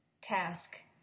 task